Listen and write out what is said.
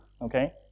okay